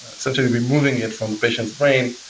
such and removing it from the patient's brain,